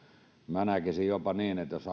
minä näkisin jopa niin jos